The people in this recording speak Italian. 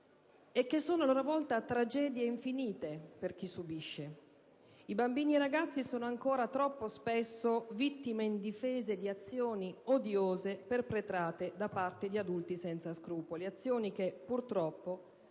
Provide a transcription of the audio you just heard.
e che sono, a loro volta, tragedie infinite per chi le subisce. I bambini e i ragazzi sono ancora troppo spesso vittime indifese di azioni odiose, perpetrate da parte di adulti senza scrupoli, azioni che purtroppo,